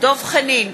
דב חנין,